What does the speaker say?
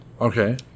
Okay